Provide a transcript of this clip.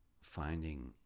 finding